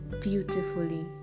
beautifully